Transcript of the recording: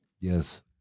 Yes